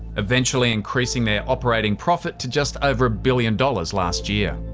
eventually increasing their operating profit to just over a billion dollars last year.